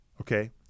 Okay